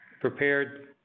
prepared